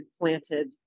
planted